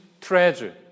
treasure